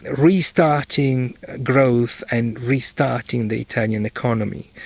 restarting growth and restarting the italian economy,